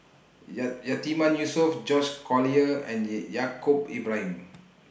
Ya Yatiman Yusof George Collyer and E Yaacob Ibrahim